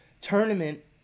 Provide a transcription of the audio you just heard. tournament